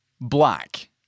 black